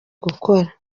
gukora